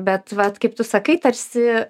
bet vat kaip tu sakai tarsi